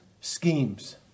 schemes